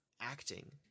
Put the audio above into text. acting